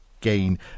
gain